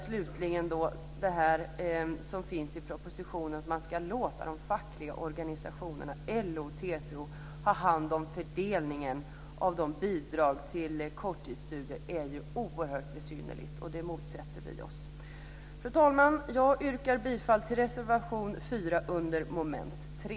Slutligen är förslaget i propositionen att låta de fackliga organisationerna LO och TCO ha hand om fördelningen av bidrag till korttidsstudier oerhört besynnerligt. Det motsätter vi oss. Fru talman! Jag yrkar bifall till reservation 4 under punkt 3.